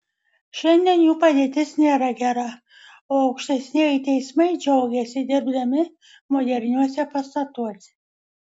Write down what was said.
šiandien jų padėtis nėra gera o aukštesnieji teismai džiaugiasi dirbdami moderniuose pastatuose